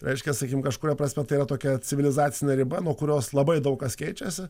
reiškia sakykim kažkuria prasme tai yra tokia civilizacinė riba nuo kurios labai daug kas keičiasi